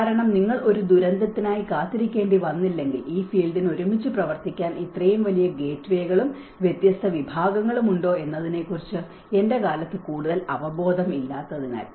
കാരണം നിങ്ങൾക്ക് ഒരു ദുരന്തത്തിനായി കാത്തിരിക്കേണ്ടി വന്നില്ലെങ്കിൽ ഈ ഫീൽഡിന് ഒരുമിച്ച് പ്രവർത്തിക്കാൻ ഇത്രയും വലിയ ഗേറ്റ്വേകളും വ്യത്യസ്ത വിഭാഗങ്ങളും ഉണ്ടോ എന്നതിനെക്കുറിച്ച് എന്റെ കാലത്ത് കൂടുതൽ അവബോധം ഇല്ലാത്തതിനാൽ